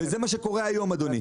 זה מה שקורה היום אדוני.